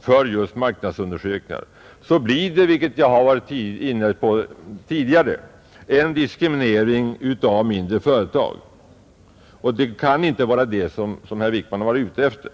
för just marknadsundersökningar, blir det dessutom — vilket jag har varit inne på tidigare — en diskriminering av mindre företag, och det kan inte vara det som herr Wickman har varit ute efter.